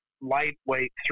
lightweight